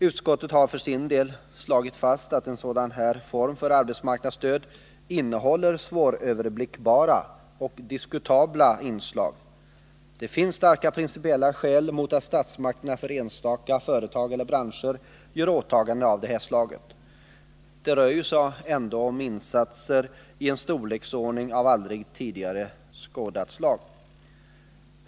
Utskottet har för sin del slagit fast att en sådan här form för arbetsmarknadsstöd innehåller svåröverblickbara och diskutabla inslag. Det finns starka principiella skäl mot att statsmakterna för enstaka företag eller branscher gör åtaganden av detta slag. Det rör sig ju ändå om insatser i en storlek av aldrig tidigare skådat slag.